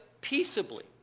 peaceably